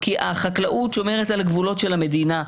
כי החקלאות שומרת על הגבולות של המדינה.